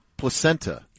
Placenta